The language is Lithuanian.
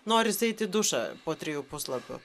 norisi eit į dušą po trijų puslapių